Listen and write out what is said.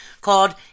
called